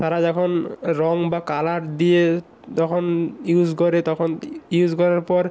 তারা যখন রঙ বা কালার দিয়ে যখন ইউস করে তখন ইউস করার পর